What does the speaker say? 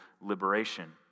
liberation